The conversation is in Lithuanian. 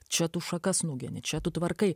čia tu šakas nugeni čia tu tvarkai